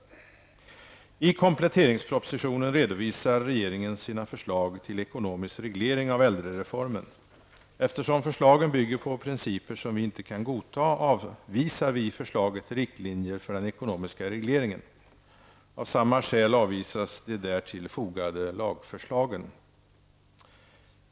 I kompletteringspropositionen redovisar regeringen sina förslag till ekonomisk reglering av äldrereformen. Eftersom förslagen bygger på principer som vi inte kan godta avvisar vi förslaget till riktlinjer för den ekonomiska regleringen. Av samma skäl avvisas de därtill fogade lagförslagen.